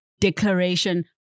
declaration